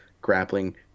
grappling